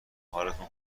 حالتون